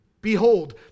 behold